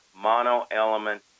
mono-element